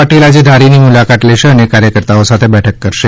પાટીલ આજે ધારીની મુલાકાત લેશે અને કાર્યકર્તાઓ સાથે બેઠક કરશે